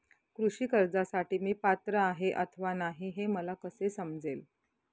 कृषी कर्जासाठी मी पात्र आहे अथवा नाही, हे मला कसे समजेल?